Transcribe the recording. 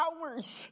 hours